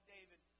David